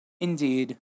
Indeed